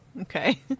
okay